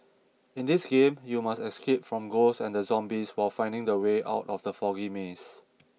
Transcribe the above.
in this game you must escape from ghosts and the zombies while finding the way out from the foggy maze